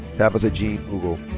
tabitha jean ogle.